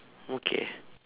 okay